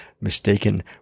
mistaken